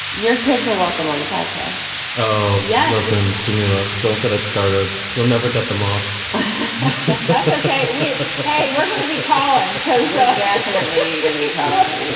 your kids are welcome on the podcast oh, yeah. listen, jamila, don't get it started. you'll never get them off ok. ok. we're going to be calling because yeah definitely going to be calling. and and